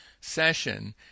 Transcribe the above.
session